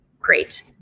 Great